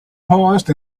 paused